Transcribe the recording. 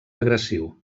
agressiu